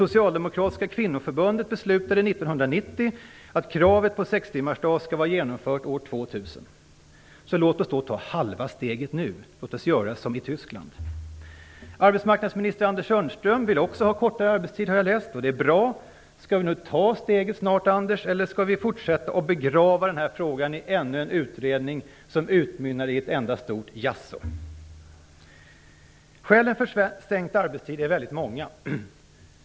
Socialdemokratiska kvinnoförbundet beslutade 1990 att kravet på 6 timmars arbetsdag skall vara genomfört år 2000. Låt oss ta halva steget nu och göra som i Tyskland. Arbetsmarknadsminister Anders Sundström vill också har kortare arbetstid, har jag läst. Det är bra. Skall vi ta steget nu, eller skall vi fortsätta att begrava denna fråga i ännu en utredning som utmynnar i ett enda stora jaså? Skälen för sänkt arbetstid är väldigt många.